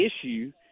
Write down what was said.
issue